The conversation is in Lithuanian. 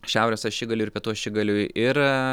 šiaurės ašigaliui ir pietų ašigaliui ir